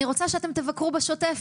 אני רוצה שאתם תבקרו בשוטף,